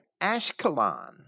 Ashkelon